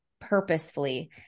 purposefully